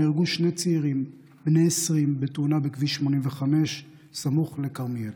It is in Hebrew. נהרגו שני צעירים בני 20 בתאונה בכביש 85 סמוך לכרמיאל.